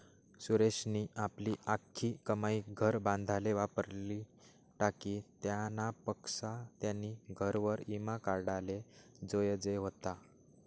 सुरेशनी आपली आख्खी कमाई घर बांधाले वापरी टाकी, त्यानापक्सा त्यानी घरवर ईमा काढाले जोयजे व्हता